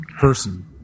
Person